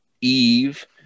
Eve